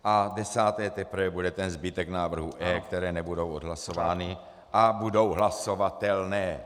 A desáté teprve bude ten zbytek návrhů E, které nebudou odhlasovány a budou hlasovatelné.